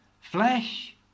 Flesh